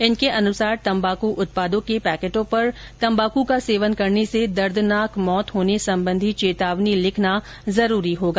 इनके अनुसार तम्बाकू उत्पादों के पैकेटों पर तम्बाकू का सेवन करने से दर्दनाक मौत होने संबंधी चेतावनी लिखना जरूरी होगा